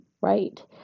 right